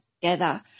together